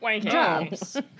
jobs